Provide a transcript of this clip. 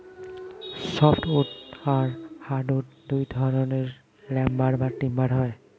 soft wood আর hard wood দুই ধরনের লাম্বার বা টিম্বার হয়